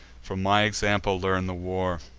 from my example learn the war,